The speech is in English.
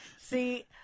See